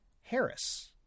Harris